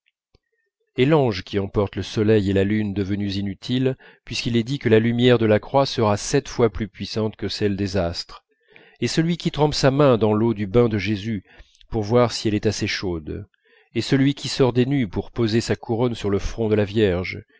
et l'ange qui emporte le soleil et la lune devenus inutiles puisqu'il est dit que la lumière de la croix sera sept fois plus puissante que celle des astres et celui qui trempe sa main dans l'eau du bain de jésus pour voir si elle est assez chaude et celui qui sort des nuées pour poser sa couronne sur le front de la vierge